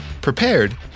prepared